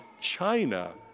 China